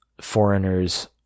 Foreigners